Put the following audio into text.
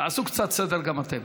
תעשו קצת סדר גם אתם.